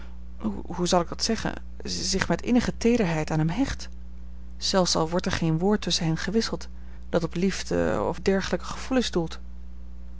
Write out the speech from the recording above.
hoe zal ik dat zeggen zich met innige teederheid aan hem hecht zelfs al wordt er geen woord tusschen hen gewisseld dat op liefde of dergelijke gevoelens doelt